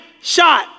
shot